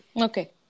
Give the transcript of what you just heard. Okay